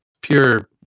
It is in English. pure